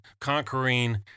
conquering